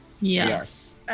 Yes